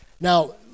Now